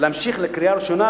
להמשיך לקריאה ראשונה,